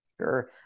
Sure